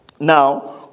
Now